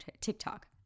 TikTok